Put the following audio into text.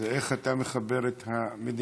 איך אתה מחבר את המדיניות?